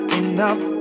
enough